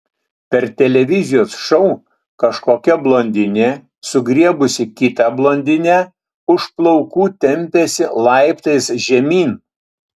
per televizijos šou kažkokia blondinė sugriebusi kitą blondinę už plaukų tempėsi laiptais žemyn